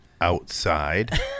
outside